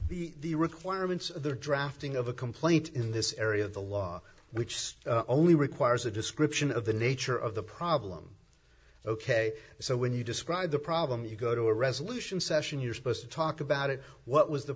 that the requirements the drafting of a complaint in this area of the law which says only requires a description of the nature of the problem ok so when you describe the problem you go to a resolution session you're supposed to talk about it what was the